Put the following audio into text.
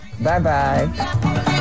Bye-bye